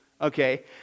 Okay